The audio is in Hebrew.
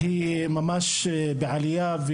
היא ממש בעלייה,